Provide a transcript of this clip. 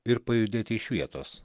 ir pajudėti iš vietos